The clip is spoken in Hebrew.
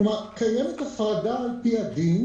כלומר, קיימת הפרדה על-פי הדין